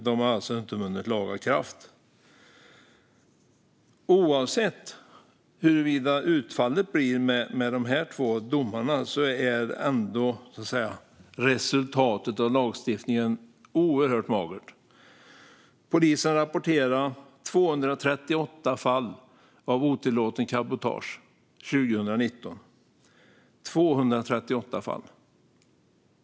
De har alltså inte vunnit laga kraft. Oavsett hur utfallet blir i dessa två domar är resultatet av lagstiftningen oerhört magert. Polisen rapporterade 238 fall av otillåtet cabotage 2019 - 238 fall!